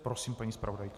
Prosím, paní zpravodajko.